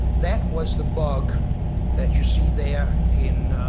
that was the bug that you see there in.